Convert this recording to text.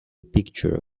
picture